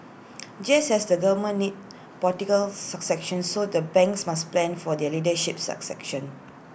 just as the government needs political succession so the banks must plan for their leadership succession